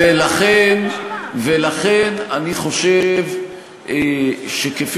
אני באמת לא חושב שזה נושא,